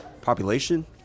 population